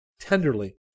tenderly